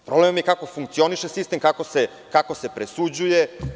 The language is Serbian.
Problem je kako funkcioniše sistem, kako se presuđuje.